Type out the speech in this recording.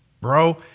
bro